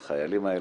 את החיילים האלה,